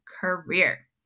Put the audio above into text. career